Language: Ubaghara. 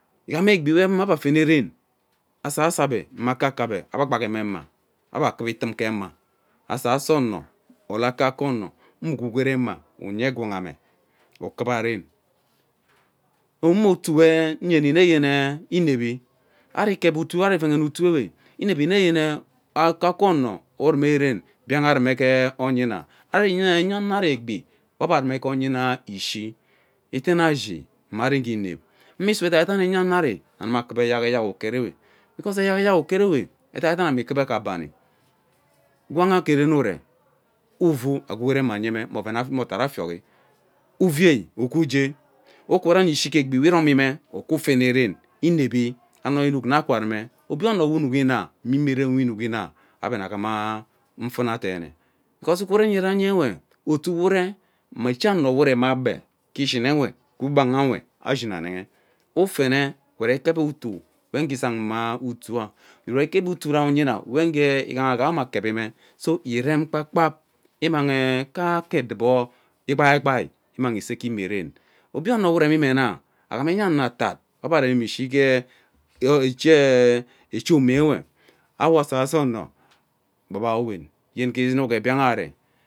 Ighamasi egbi wen egbi avene ren asaso ebe mme akake ebe ebe agbaima ema ebe akara itun ke ema asaso ono or akaka ono mme gwugere ema uiye gwang me ukwa ren mme utuu wee iyeni naeyene evevi ari ikep utum ari veghehe utuu we inevi nne yene akaka ono utume ren bieng arume ono urume ren biang arume gee onyima ari m eremi nye enya ano ari egbi we ebe arume gee onyima ishi ete na iship mari ighe inep imisu edaidene enya ano eri anuma kuva eyak eyak uket ewe because eyak eyak uket ewe evak eme ikuva gee abani gwangha ke ven uree uvuu agwugere ema ayeme oveva me otari afioghi ivei nkwa uje ukwa ranye ishi gee egbi we iromime ukwa ufene ren inevi ano unuk una mma imieren we inuk uma ebe una aghama ufuna deene because ike urenye ranyewe otu we uree ama eche ano we uree ebe ke ishin ewe ke ubeawe ashini enehe ufene uree ikep utuui wengh igha utuu uree ikep utuu rai onyima wenghe ighaha wee agha mme akevi nne so irem mgba kpab immanghe kaeke odubo ee egbai gbai immang ese gee imeren obie ono we uremime nna agham enya ano atad ebe aremine ishi gee. ee eche omo ewe awo saso ono bob awowen yen gee inuki biagha aree